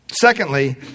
Secondly